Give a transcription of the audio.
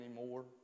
anymore